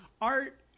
art